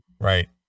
Right